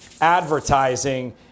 advertising